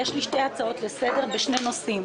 יש לי הצעות לסדר בשני נושאים: